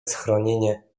schronienie